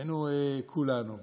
היינו כולנו,